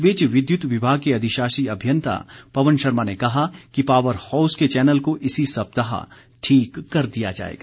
इस बीच विद्युत विभाग के अधिशाषी अभियंता पवन शर्मा ने कहा कि पावर हाउस के चैनल को इसी सप्ताह ठीक कर दिया जाएगा